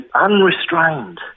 unrestrained